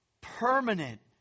permanent